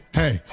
hey